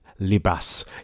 libas